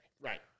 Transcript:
Right